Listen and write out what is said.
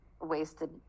wasted